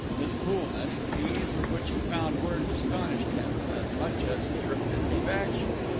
his coolness, the ease with which he found words astonished him as much as his rapidity of action.